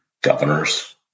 governors